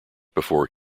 before